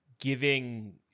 Giving